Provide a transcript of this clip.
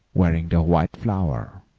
wearing the white flower,